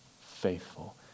faithful